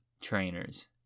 trainers